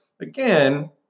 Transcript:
again